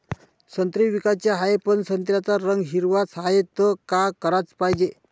संत्रे विकाचे हाये, पन संत्र्याचा रंग हिरवाच हाये, त का कराच पायजे?